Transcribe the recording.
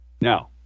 now